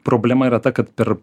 problema yra ta kad per